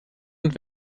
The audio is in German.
und